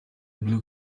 blue